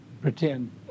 pretend